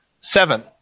Seven